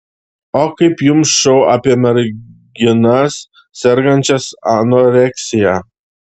o kaip jums šou apie merginas sergančias anoreksija